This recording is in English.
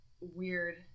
weird